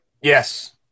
Yes